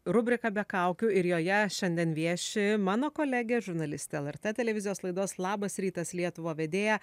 rubrika be kaukių ir joje šiandien vieši mano kolegė žurnalistė lrt televizijos laidos labas rytas lietuva vedėja